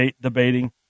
debating